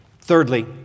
Thirdly